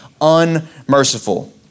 unmerciful